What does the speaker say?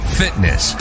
fitness